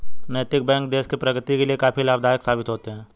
नैतिक बैंक देश की प्रगति के लिए काफी लाभदायक साबित होते हैं